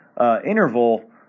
interval